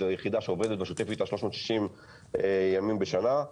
זו יחידה שעובדת בשוטף 360 ימים בשנה.